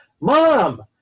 Mom